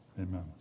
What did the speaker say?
Amen